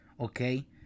okay